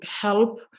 help